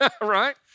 right